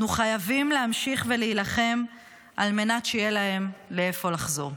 אנחנו חייבים להמשיך ולהילחם על מנת שיהיה להם לאן לחזור.